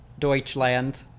Deutschland